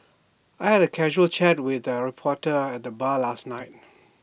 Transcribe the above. I had A casual chat with A reporter at the bar last night